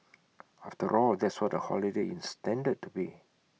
after all that's what A holiday is intended to be